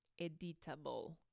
editable